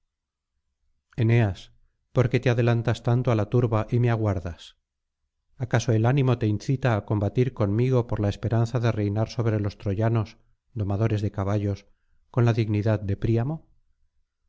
eneas por qué te adelantas tanto á la turba y me aguardas acaso el ánimo te incita á combatir conmigo por la esperanza de reinar sobre los troyanos domadores de caballos con la dignidad de príamo